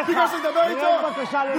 אני לא שואל אותך איפה